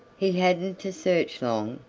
he hadn't to search long,